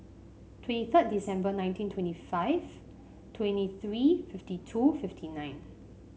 twenty third December nineteen twenty five twenty three fifty two fifty nine